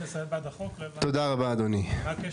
תודה רבה אדוני.